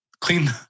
clean